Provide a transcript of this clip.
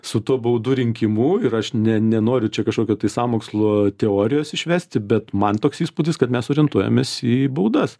su tuo baudų rinkimu ir aš ne nenoriu čia kažkokio tai sąmokslo teorijos išvesti bet man toks įspūdis kad mes orientuojamės į baudas